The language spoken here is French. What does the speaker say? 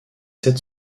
sept